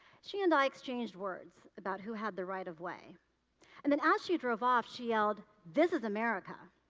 she and i exchanged words about who had the right-of-way, and then as she drove off she yelled this is america.